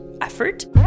effort